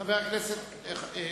חבר הכנסת אדרי,